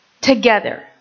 together